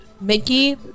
Mickey